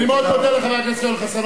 אני מאוד מודה לחבר הכנסת יואל חסון.